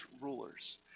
rulers